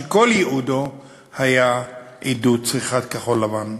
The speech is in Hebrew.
שכל ייעודו היה עידוד צריכת כחול-לבן.